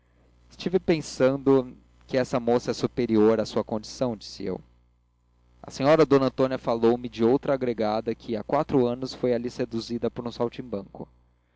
estive pensando que essa moça é superior à sua condição disse eu a senhora d antônia falou-me de outra agregada que há quatro anos foi ali seduzida por um saltimbanco